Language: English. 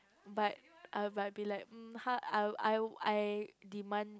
but I might be like um I I I demand